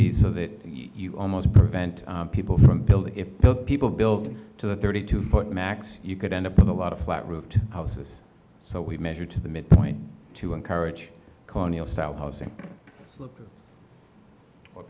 be so that you almost prevent people from building a pill people building to a thirty two foot max you could end up with a lot of flat roofed houses so we measure to the midpoint to encourage colonial style housing